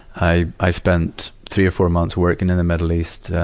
i, i spent three or four months working in the middle east,